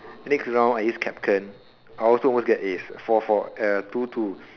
next round I use I also almost get ace four four uh two two